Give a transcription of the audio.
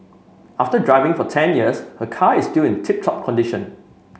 after driving for ten years her car is still in tip top condition